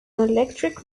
electric